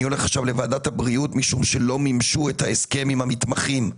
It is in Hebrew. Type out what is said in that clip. אני הולך עכשיו לוועדת הבריאות משום שלא מימשו את ההסכם עם המתמחים,